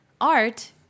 art